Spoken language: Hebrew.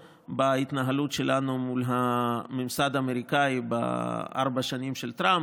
בהתנהלות שלנו מול הממסד האמריקאי בארבע השנים של טראמפ.